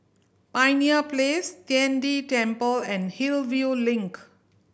Pioneer Place Tian De Temple and Hillview Link